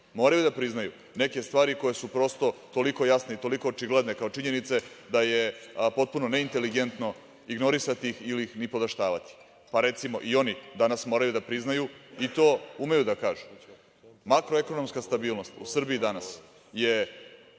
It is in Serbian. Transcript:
moraju da priznaju neke stvari koje su prosto toliko jasne i toliko očigledne kao činjenice da je potpuno neinteligentno ignorisati ih ili ih nipodaštavati. Recimo, i oni danas moraju da priznaju, i to umeju da kažu - makroekonomska stabilnost u Srbiji danas je